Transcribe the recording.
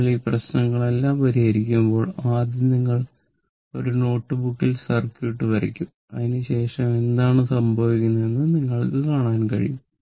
നിങ്ങൾ ഈ പ്രശ്നങ്ങളെല്ലാം പരിഹരിക്കുമ്പോൾ ആദ്യം നിങ്ങൾ ഒരു നോട്ട്ബുക്കിൽ സർക്യൂട്ട് വരയ്ക്കും അതിനുശേഷം എന്താണ് സംഭവിക്കുന്നതെന്ന് നിങ്ങൾക്ക് കാണാൻ കഴിയും